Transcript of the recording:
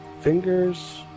Fingers